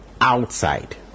outside